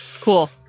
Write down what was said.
Cool